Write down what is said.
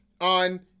on